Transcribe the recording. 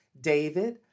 David